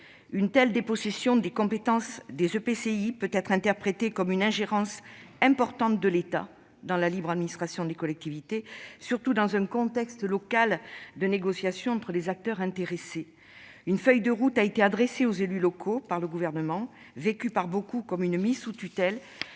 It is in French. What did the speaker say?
Une telle dépossession des compétences des EPCI peut être interprétée comme une ingérence importante de l'État dans la libre administration des collectivités, surtout dans un contexte local de négociation entre les acteurs intéressés. Une « feuille de route » a été adressée aux élus locaux par le Gouvernement. Elle est vécue par beaucoup comme une mise sous tutelle